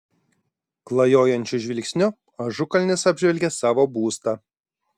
klajojančiu žvilgsniu ažukalnis apžvelgė savo būstą